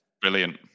brilliant